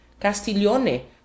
Castiglione